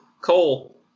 Cole